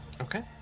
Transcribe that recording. Okay